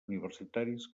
universitaris